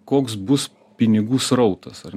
koks bus pinigų srautas ar